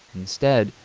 instead,